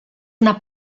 una